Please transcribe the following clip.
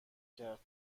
کرد